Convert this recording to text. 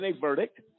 verdict